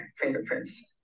fingerprints